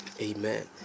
amen